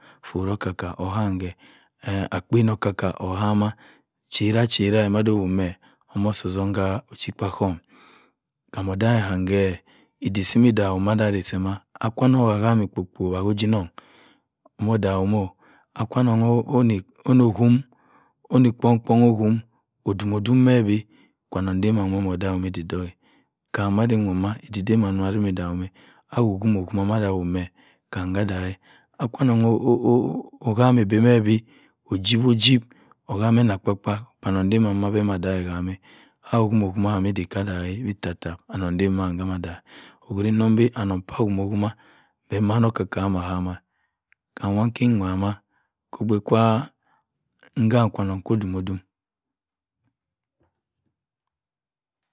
Ifu okka okka ohameh akpen okka okka ohama chire chim wa do wo meh, mo osi otom ka ochi kpe osọhm, kam odegha ham beh, ediek si di daghe ’m ukwa onong ogami ikpi kpo wa koh ojenong odeghi moh. akwa onong oni bon- bon okum ojum ojum meh bi kwa- nong deh ma odaak mi ediek odok. kam ma keu owop meh edik dema wa wo de dagh ’m kam ka daghe onong, agami ebeh meh bi, ojip ojip okama ene kpa- kpa akwa nong deh ma, mbo boh ada- ki kam a jum- ojum kam, idiek adaghe, okwiri nsong bi anong pu beh kameh eki- kama kam wa kimaya ka okpei kwi mkami okw-onong kwu okwum okwum